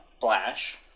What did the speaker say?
flash